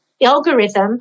algorithm